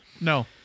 No